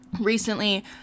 recently